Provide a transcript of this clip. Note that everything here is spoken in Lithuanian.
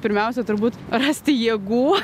pirmiausia turbūt rasti jėgų